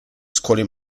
scuole